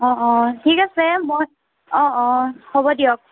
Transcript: অঁ অঁ ঠিক আছে মই অঁ অঁ হ'ব দিয়ক